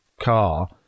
car